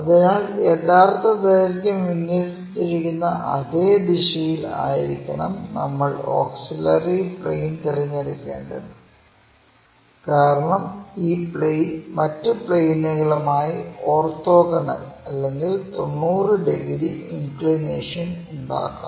അതിനാൽ യഥാർത്ഥ ദൈർഘ്യം വിന്യസിച്ചിരിക്കുന്ന അതെ ദിശയിൽ ആയിരിക്കണം നമ്മൾ ഓക്സിലറി പ്ലെയിൻ തിരഞ്ഞെടുക്കേണ്ടത് കാരണം ഈ പ്ലെയിൻ മറ്റു പ്ലെയിനുകളുമായി ഓർത്തോഗണൽ അല്ലെങ്കിൽ 90 ഡിഗ്രി ഇൻക്ലിനേഷൻ ഉണ്ടാക്കാം